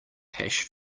hash